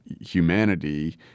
humanity